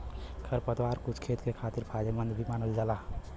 खरपतवार कुछ खेत के खातिर फायदेमंद भी मानल जाला